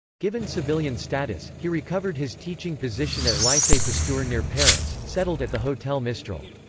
given civilian status, he recovered his teaching position at lycee pasteur near paris, settled at the hotel mistral.